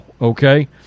okay